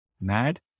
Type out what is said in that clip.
mad